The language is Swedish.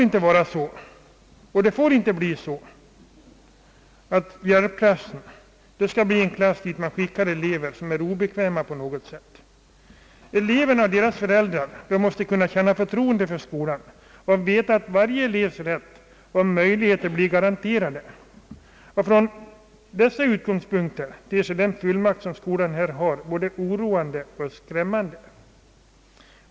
Hjälpklassen får inte bli en klass dit man skickar elever som på något sätt är obekväma. Eleverna och deras föräldrar måste kunna känna förtroende mot skolan och veta att varje elevs rätt och möjligheter garanteras. Från dessa utgångspunkter ter sig den fullmakt som skolan har både oroande och skrämmande.